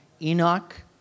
Enoch